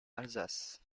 alsace